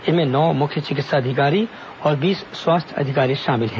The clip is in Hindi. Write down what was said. इनमें नौ मुख्य चिकित्सा अधिकारी और बीस स्वास्थ्य अधिकारी शामिल हैं